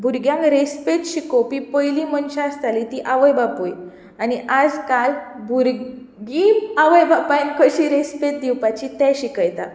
भुरग्यांक रेस्पेद शिकोवपी पयलीं मनशां आसतालीं तीं आवय बापूय आनी आयज काल भुरगीं आवय बापायक कशीं रेस्पेद दिवपाचीं तें शिकयता